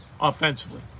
offensively